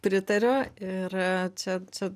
pritariu ir čia čia